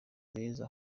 beza